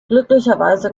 glücklicherweise